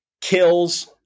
kills –